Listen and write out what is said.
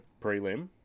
prelim